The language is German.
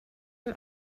dem